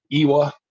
iwa